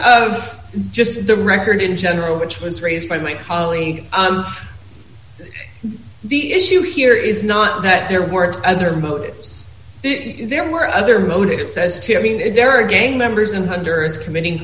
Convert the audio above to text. of just the record in general which was raised by my colleague the issue here is not that there weren't other motives there were other motives as to i mean there are gay members and hundreds committing